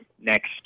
next